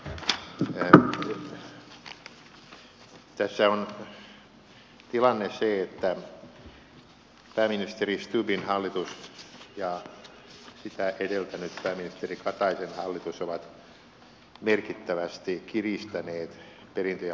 tässä on tilanne se että pääministeri stubbin hallitus ja sitä edeltänyt pääministeri kataisen hallitus ovat merkittävästi kiristäneet perintö ja lahjaverotusta